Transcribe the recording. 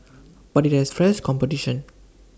but IT has fresh competition